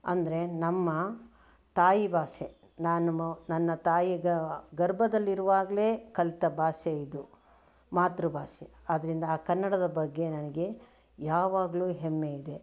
ಅಂದ್ರೆ ನಮ್ಮ ತಾಯಿ ಭಾಷೆ ನಾನು ನನ್ನ ತಾಯಿಯ ಗರ್ಭದಲ್ಲಿರುವಾಗಲೇ ಕಲಿತ ಭಾಷೆ ಇದು ಮಾತೃ ಭಾಷೆ ಆದ್ದರಿಂದ ಕನ್ನಡದ ಬಗ್ಗೆ ನನಗೆ ಯಾವಾಗಲೂ ಹೆಮ್ಮೆ ಇದೆ